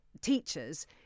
teachers